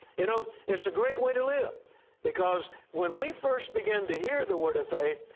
you know, it's a great way to live because when we first began to hear the word of faith,